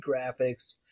graphics